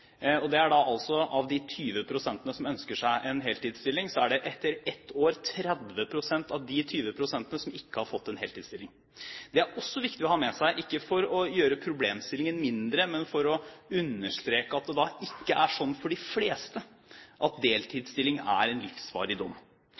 er det etter ett år 30 pst. som ikke har fått en heltidsstilling. Det er også viktig å ha med seg – ikke for å gjøre problemstillingen mindre, men for å understreke at det for de fleste ikke er sånn